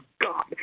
God